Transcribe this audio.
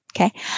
okay